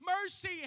Mercy